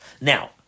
Now